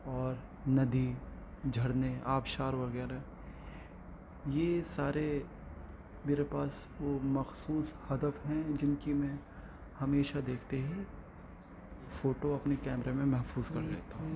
اور ندی جھرنے آبشار وگیرہ یہ سارے میرے پاس وہ مخصوص ہدف ہیں جن کی میں ہمیشہ دیکھتے ہی فوٹو اپنے کیمرے میں محفوظ کر لیتا ہوں